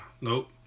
Nope